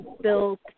built